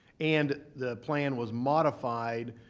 and the plan was modified,